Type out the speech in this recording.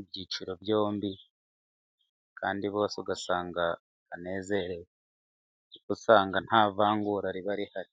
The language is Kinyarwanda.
ibyiciro byombi kandi bose ugasanga banezerewe, kuko usanga nta vangura riba rihari.